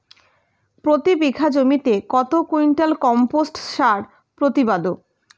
প্রতি বিঘা জমিতে কত কুইন্টাল কম্পোস্ট সার প্রতিবাদ?